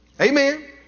Amen